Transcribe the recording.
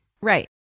Right